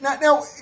now